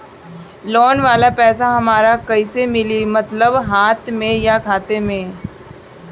Loan वाला पैसा हमरा कइसे मिली मतलब हाथ में या खाता में?